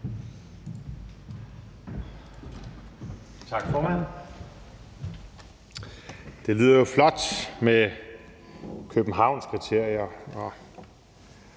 Tak, formand. Det lyder jo flot med Københavnskriterier,